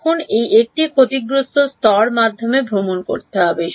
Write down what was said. এখন এই একটি ক্ষতিগ্রস্ত স্তর মাধ্যমে ভ্রমণ করতে হবে